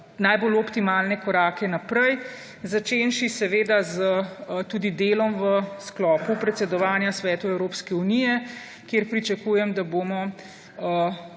najbolj optimalne korake naprej, začenši seveda tudi z delom v sklopu predsedovanja Svetu Evropske unije, kjer pričakujem, da bomo